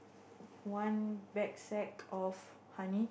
one bagpack of honey